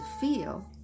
feel